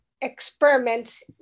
experiments